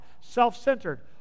self-centered